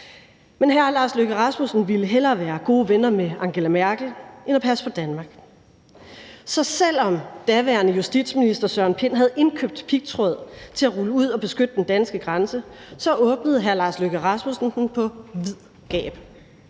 Men hr. Lars Løkke Rasmussen ville hellere være gode venner med Angela Merkel end at passe på Danmark. Så selv om daværende justitsminister Søren Pind havde indkøbt pigtråd til at rulle ud og beskytte den danske grænse, åbnede hr. Lars Løkke Rasmussen den på vid gab.